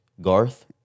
Garth